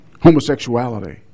homosexuality